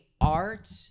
art